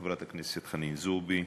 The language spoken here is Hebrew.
חברת הכנסת חנין זועבי.